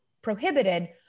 Prohibited